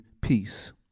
peace